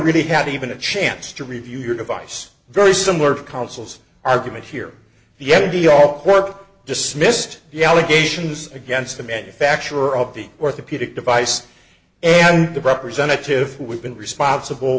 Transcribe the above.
really had even a chance to review your device very similar councils argument here yesterday all work dismissed yeah legations against the manufacturer of the orthopedic device and the representative who we've been responsible